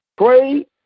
Pray